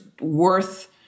worth